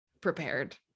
prepared